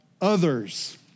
others